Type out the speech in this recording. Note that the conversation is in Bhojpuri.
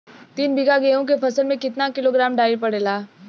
तीन बिघा गेहूँ के फसल मे कितना किलोग्राम डाई पड़ेला?